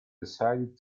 decided